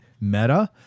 Meta